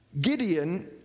Gideon